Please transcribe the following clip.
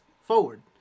forward